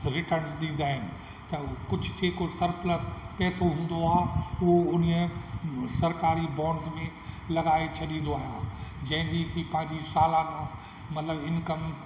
returns ॾींदा आहिनि त कुझु जेको सरप्लस पैसो हूंदो आहे उहो उन्हीअ सरकारी बोंड्स में लॻाए छॾींदो आहियां जंहिंजी की पंहिंजी सालानो मतलबु इनकम